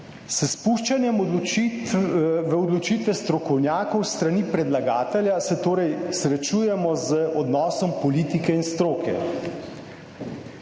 s spuščanjem v odločitve strokovnjakov s strani predlagatelja, se torej srečujemo z odnosom politike in stroke,